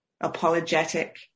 apologetic